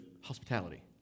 hospitality